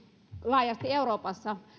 laajasti euroopassa